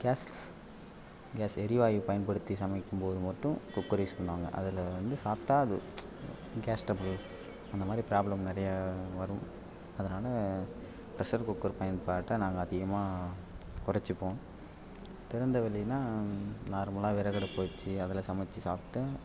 case gas எரிவாயு பயன்படுத்தி சமைக்கும்போது மட்டும் குக்கர் யூஸ் பண்ணுவாங்கள் அதில் வந்து சாப்பிட்டா அது கேஸ்டபிள் அந்த மாதிரி பிராப்லம் நிறையா வரும் அதனால் ப்ரெஷர் குக்கர் பயன்பாட்டை நாங்கள் அதிகமாக குறச்சிப்போம் திறந்தவெளினால் நார்மலாக விறகடுப்பு வச்சு அதில் சமைச்சு சாப்பிட்டு